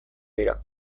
dira